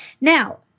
Now